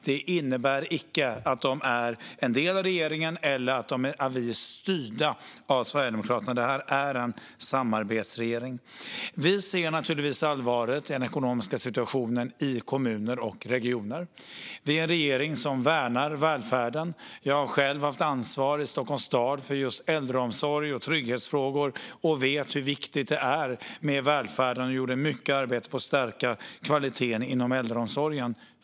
Det innebär icke att de är en del av regeringen eller att vi är styrda av Sverigedemokraterna, utan detta är en samarbetsregering. Vi ser naturligtvis allvaret i den ekonomiska situationen i kommuner och regioner. Vi är en regering som värnar välfärden. Jag har själv haft ansvar för just äldreomsorg och trygghetsfrågor i Stockholms stad, och jag vet hur viktigt det är med välfärden. Jag gjorde mycket arbete för att stärka kvaliteten inom äldreomsorgen.